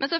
Men det